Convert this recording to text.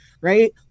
right